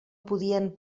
podien